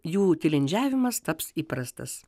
jų tilindžiavimas taps įprastas